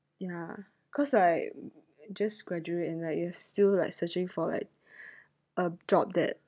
ya cause I just graduate and like you're still like searching for like a job that